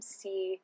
see